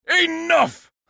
Enough